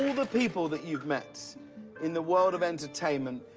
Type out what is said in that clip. the people that you've met in the world of entertainment,